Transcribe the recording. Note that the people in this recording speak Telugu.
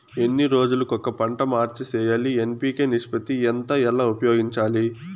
ఎన్ని రోజులు కొక పంట మార్చి సేయాలి ఎన్.పి.కె నిష్పత్తి ఎంత ఎలా ఉపయోగించాలి?